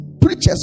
preachers